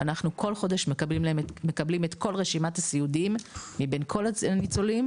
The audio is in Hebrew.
וכל חודש אנחנו מקבלים את רשימת כל הסיעודיים מבין כל הניצולים,